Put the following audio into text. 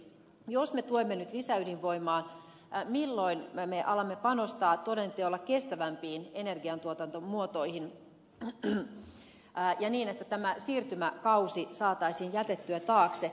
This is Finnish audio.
jos me tuemme nyt lisäydinvoimaa milloin me alamme panostaa toden teolla kestävämpiin energiantuotantomuotoihin ja niin että tämä siirtymäkausi saataisiin jätettyä taakse